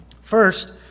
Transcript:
First